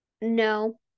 no